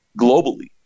globally